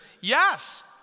yes